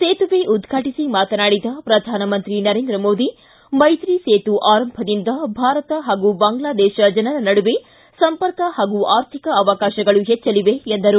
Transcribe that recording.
ಸೇತುವೆ ಉದ್ವಾಟಿಸಿ ಮಾತನಾಡಿದ ಪ್ರಧಾನಮಂತ್ರಿ ನರೇಂದ್ರ ಮೋದಿ ಮೈತ್ರಿ ಸೇತು ಆರಂಭದಿಂದ ಭಾರತ ಹಾಗೂ ಬಾಂಗ್ಲಾದೇಶ ಜನರ ನಡುವೆ ಸಂಪರ್ಕ ಹಾಗೂ ಆರ್ಥಿಕ ಅವಕಾಶಗಳು ಹೆಚ್ಚಲಿವೆ ಎಂದರು